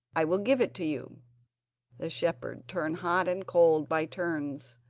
i will give it to you the shepherd turned hot and cold by turns,